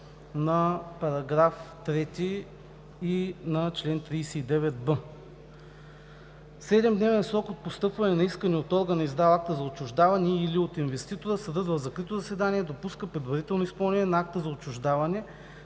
на § 3 и на чл. 39б: „В седемдневен срок от постъпване на искане от органа, издал акта за отчуждаване и/или от инвеститора, съдът в закрито заседание допуска предварително изпълнение на акта за отчуждаване,